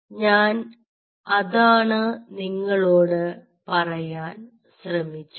ഞാൻ അതാണ് നിങ്ങളോട് പറയാൻ ശ്രമിച്ചത്